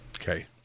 Okay